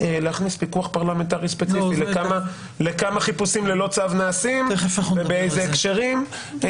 להכניס פיקוח פרלמנטרי ספציפי לכמה חיפושים ללא צו נעשים ובאיזה הקשרים,